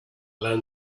learned